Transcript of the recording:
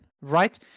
right